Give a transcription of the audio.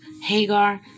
Hagar